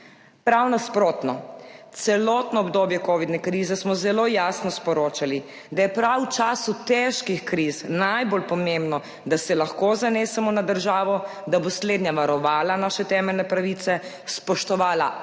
Prav nasprotno, celotno obdobje kovidne krize smo zelo jasno sporočali, da je prav v času težkih kriz najbolj pomembno, da se lahko zanesemo na državo, da bo slednja varovala naše temeljne pravice, spoštovala